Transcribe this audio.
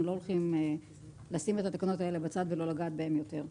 אנחנו לא הולכים לשים את התקנות האלה בצד ולא לגעת בהן יותר.